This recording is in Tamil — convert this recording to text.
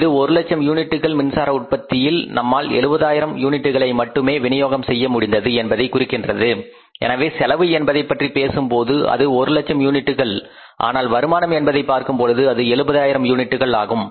இது ஒரு லட்சம் யூனிட்டுகள் மின்சார உற்பத்தியில் நம்மால் 70000 யூனிட்டுகளை மட்டுமே வினியோகம் செய்ய முடிந்தது என்பதை குறிக்கின்றது எனவே செலவு என்பதை பற்றி பேசும் போது அது ஒரு லட்சம் யூனிட்டுகள் ஆனால் வருமானம் என்பதைப் பார்க்கும் பொழுது அது 70000 யூனிட்டுகள் ஆகும்